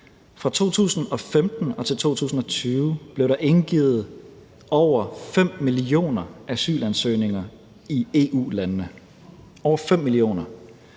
Fra 2015 til 2020 blev der indgivet over 5 millioner asylansøgninger i EU-landene – over 5 millioner.